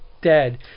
dead